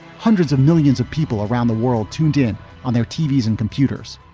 hundreds of millions of people around the world tuned in on their tvs and computers